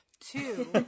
Two